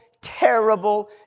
terrible